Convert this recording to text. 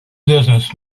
business